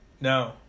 No